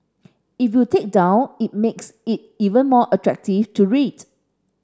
if you take down it makes it even more attractive to read